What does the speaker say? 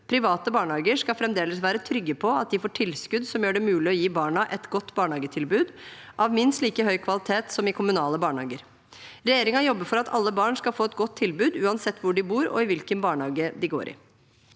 Private barnehager skal fremdeles være trygge på at de får tilskudd som gjør det mulig å gi barna et godt barnehagetilbud av minst like høy kvalitet som i kommunale barnehager. Regjeringen jobber for at alle barn skal få et godt tilbud uansett hvor de bor og hvilken barnehage de går i.